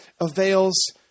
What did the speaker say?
avails